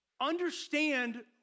Understand